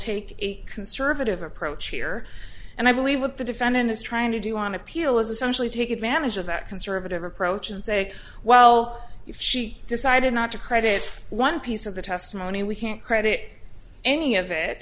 take a conservative approach here and i believe with the defender is trying to do on appeal essentially take advantage of that conservative approach and say well if she decided not to credit one piece of the testimony we can't credit any of it